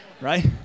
right